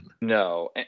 No